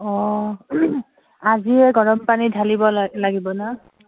অঁ আজিয়ে গৰম পানী ঢালিব লাগিব নহ্